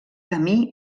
camí